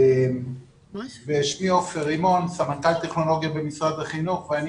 אני סמנכ"ל טכנולוגיה במשרד החינוך ואני